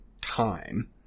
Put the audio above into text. time